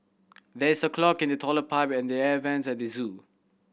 there is a clog in the toilet pipe and the air vents at the zoo